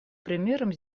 примером